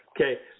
okay